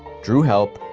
drew help,